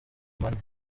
money